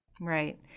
Right